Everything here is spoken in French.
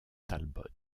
talbot